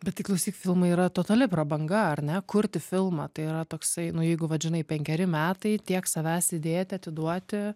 bet tai klausyk filmai yra totali prabanga ar ne kurti filmą tai yra toksai nu jeigu vat žinai penkeri metai tiek savęs įdėti atiduoti